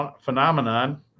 phenomenon